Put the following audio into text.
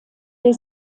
der